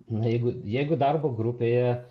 na jeigu jeigu darbo grupėje